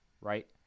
right